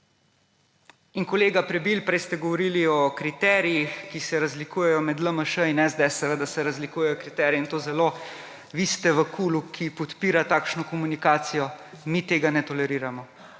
Kolega Prebil, prej ste govorili o kriterijih, ki se razlikujejo med LMŠ in SDS. Seveda se razlikujejo kriteriji, in to zelo! Vi ste v KUL, ki podpira takšno komunikacijo, mi tega ne toleriramo.